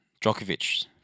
Djokovic